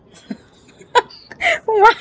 why